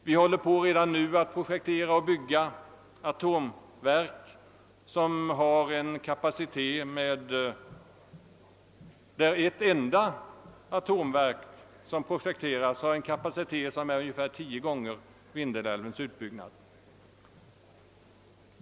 Vi håller redan nu på att projektera och bygga atomverk av sådan storleksordning, att ett enda atomverk som planeras har en kapacitet som är ungefär tio gånger så stor som Vindälvens vid full utbyggnad.